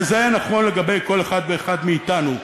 וזה נכון לגבי כל אחד ואחד מאתנו.